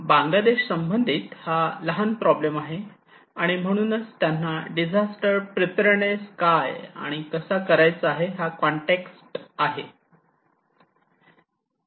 बांगलादेश संबंधित हा लहान प्रॉब्लेम आहे आणि म्हणूनच त्यांना डिझास्टर प्रीपेअर्डनेस काय आणि कसा करायचा आहे हा कॉन्टेक्स्ट आहे